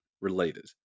related